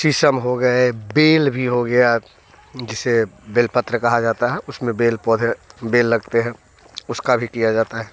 शीशम हो गए बेल भी हो गया जिसे बेलपत्र कहा जाता है उसमें बेल पौधे बेल लगते हैं उसका भी किया जाता है